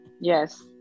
Yes